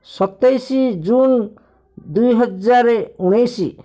ସତେଇଶ ଜୁନ୍ ଦୁଇ ହଜାର ଉଣେଇଶ